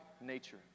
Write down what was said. nature